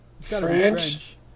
French